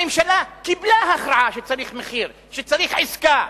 הממשלה קיבלה הכרעה שצריך מחיר, שצריך עסקה,